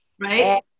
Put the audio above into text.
Right